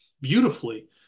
beautifully